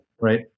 right